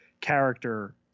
character